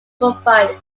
provide